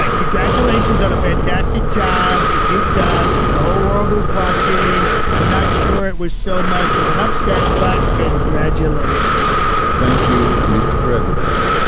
like congratulations on a fantastic job that you've got. the whole world was watching. i'm not sure it was so much of an upset, but congratulations thank you, mr. president.